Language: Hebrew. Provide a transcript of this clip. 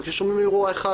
וכששומעים אירוע אחד,